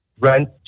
rent